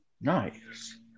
Nice